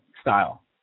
style